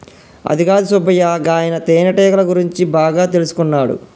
అదికాదు సుబ్బయ్య గాయన తేనెటీగల గురించి బాగా తెల్సుకున్నాడు